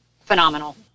phenomenal